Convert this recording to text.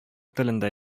телендә